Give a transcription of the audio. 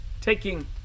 taking